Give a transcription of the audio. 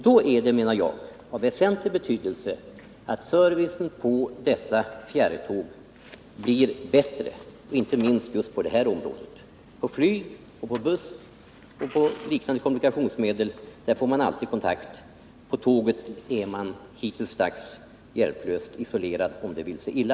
Då är det, menar jag, av väsentlig betydelse att servicen på dessa fjärrtåg blir bättre, inte minst just i det här avseendet. På flyg, buss och liknande kommunikationsmedel får man alltid kontakt. På tåg är man hittilldags hjälplös och isolerad om det vill sig illa.